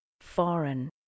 foreign